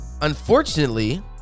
unfortunately